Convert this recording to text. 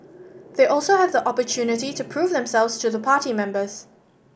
they also have the opportunity to prove themselves to the party members